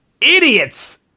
Idiots